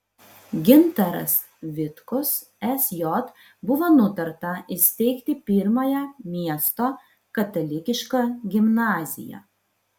gintaras vitkus sj buvo nutarta įsteigti pirmąją miesto katalikišką gimnaziją